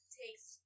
takes